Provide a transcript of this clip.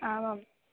आमां